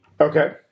Okay